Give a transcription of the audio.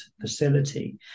facility